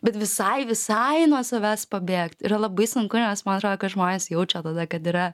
bet visai visai nuo savęs pabėgt yra labai sunku nes man atrodo kad žmonės jaučia tada kad yra